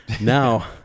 Now